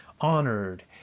honored